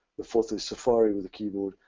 the fourth is safari with a keyboard.